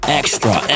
extra